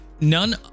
none